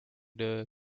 the